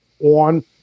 on